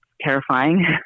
terrifying